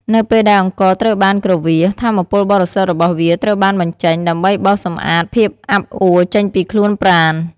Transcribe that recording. នៅពេលដែលអង្ករត្រូវបានគ្រវាស ថាមពលបរិសុទ្ធរបស់វាត្រូវបានបញ្ចេញ ដើម្បីបោសសម្អាតភាពអាប់អួចេញពីខ្លួនប្រាណ។